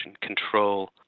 control